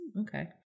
Okay